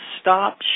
Stop